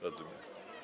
Rozumiem.